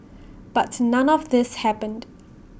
but none of this happened